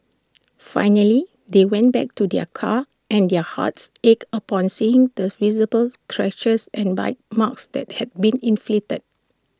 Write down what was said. finally they went back to their car and their hearts ached upon seeing the visible scratches and bite marks that had been inflicted